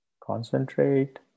Concentrate